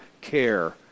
care